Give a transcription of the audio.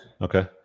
Okay